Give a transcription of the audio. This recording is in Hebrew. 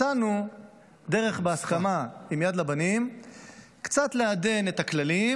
מצאנו דרך בהסכמה עם יד לבנים קצת לעדן את הכללים,